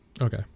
Okay